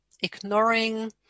ignoring